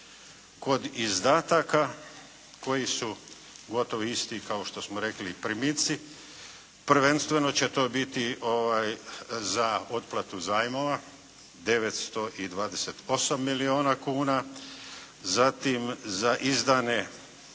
Kod izdataka koji su gotovo isti kao što smo rekli i primici prvenstveno će to biti za otplatu zajmova, 928 milijuna kuna. Zatim za izdane